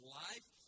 life